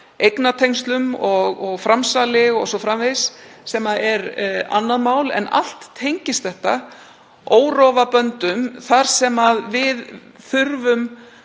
eignatengslum og framsali o.s.frv., sem er annað mál. En allt tengist þetta órofa böndum þar sem við þurfum